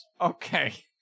Okay